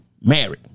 Married